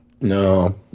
No